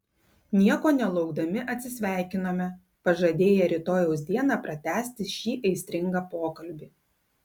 nieko nelaukdami atsisveikinome pažadėję rytojaus dieną pratęsti šį aistringą pokalbį